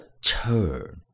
Turn